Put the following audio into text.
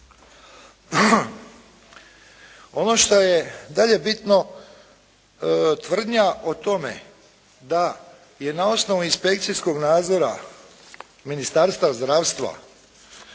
Ono što je dalje bitno, tvrdnja o tome da je na osnovu inspekcijskog nadzora Ministarstva zdravstva